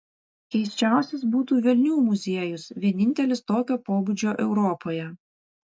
keisčiausias būtų velnių muziejus vienintelis tokio pobūdžio europoje